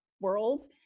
world